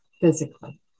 physically